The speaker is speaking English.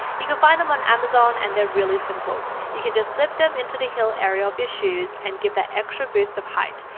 you can find them on amazon, and they're really simple you can just slip them into the hill area of your shoes, and give that extra boost of height,